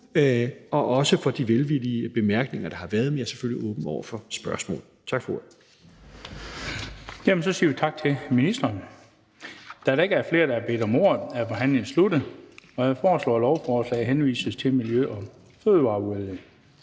også for de velvillige bemærkninger, der har været. Men jeg er selvfølgelig åben over for spørgsmål. Tak for ordet. Kl. 13:12 Den fg. formand (Bent Bøgsted): Så siger vi tak til ministeren. Da der ikke er flere, der bedt om ordet, er forhandlingen sluttet. Jeg foreslår, at lovforslaget henvises til Miljø- og Fødevareudvalget.